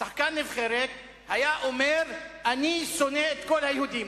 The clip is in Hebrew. שחקן נבחרת, היה אומר: אני שונא את כל היהודים.